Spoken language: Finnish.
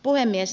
puhemies